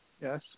Yes